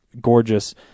gorgeous